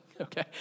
Okay